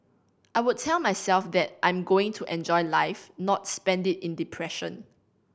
I would tell myself that I'm going to enjoy life not spend it in depression